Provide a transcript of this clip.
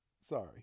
Sorry